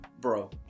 bro